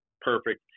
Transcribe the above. perfect